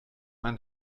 ein